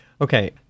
Okay